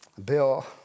Bill